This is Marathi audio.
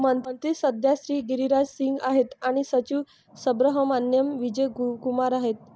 मंत्री सध्या श्री गिरिराज सिंग आहेत आणि सचिव सुब्रहमान्याम विजय कुमार आहेत